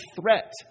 threat